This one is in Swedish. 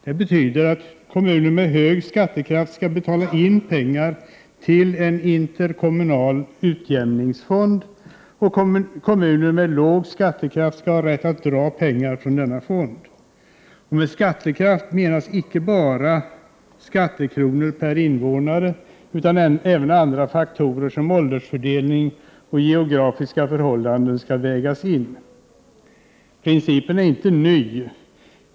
Det betyder att kommuner med hög skattekraft skall betala in pengar till en interkommunal utjämningsfond, och kommuner med låg skattekraft skall ha rätt att dra pengar från denna fond. Och med skattekraft menas inte bara skattekronor per invånare, utan även andra faktorer som åldersfördelning och geografiska förhållanden skall vägas in. så Principen är inte ny.